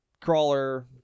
crawler